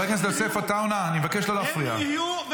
מה שבטוח הם יהיו -- חבר הכנסת יוסף עטאונה,